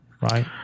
right